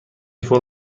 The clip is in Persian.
فرم